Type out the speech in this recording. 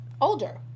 older